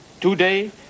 today